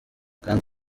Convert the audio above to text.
kanda